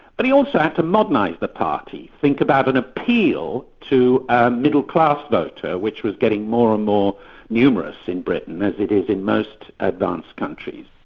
but he also had to modernise the party, think about an appeal to a middle-class voter which was getting more and more numerous in britain, as it was in most advanced countries.